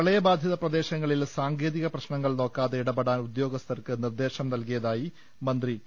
പ്രളയബാധിത പ്രദേശങ്ങളിൽ സാങ്കേതിക പ്രശ്നങ്ങൾ നോക്കാതെ ഇടപെടാൻ ഉദ്യോഗസ്ഥർക്ക് നിർദ്ദേശം നൽകിയതായി മന്ത്രി ടി